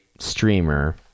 streamer